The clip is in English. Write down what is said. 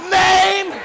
name